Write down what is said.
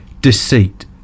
deceit